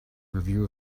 review